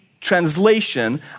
translation